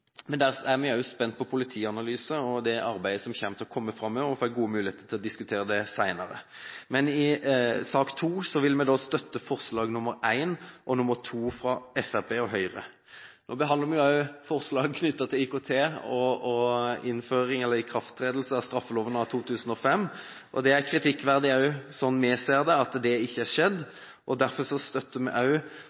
men der er vi spent på politianalysen og det arbeidet som vil komme fram i år. Vi får gode muligheter til å diskutere det senere. I sak nr. 2 vil vi støtte forslag nr. 1 og nr. 2, fra Fremskrittspartiet og Høyre. Nå behandler vi også forslag knyttet til IKT og ikrafttredelsen av straffeloven av 2005. Det er kritikkverdig, som vi ser det, at det ikke har skjedd. Derfor støtter vi